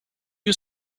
you